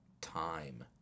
time